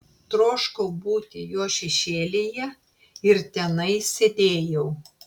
troškau būti jo šešėlyje ir tenai sėdėjau